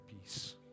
peace